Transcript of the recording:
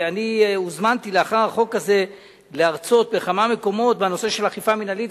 ואני הוזמנתי לאחר החוק הזה להרצות בכמה מקומות בנושא של אכיפה מינהלית.